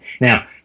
Now